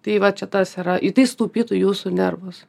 tai va čia tas yra ir tai sutaupytų jūsų nervus